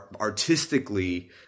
artistically